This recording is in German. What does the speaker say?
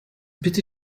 bitte